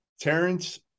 Terrence